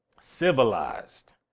civilized